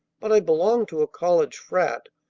but i belong to a college frat,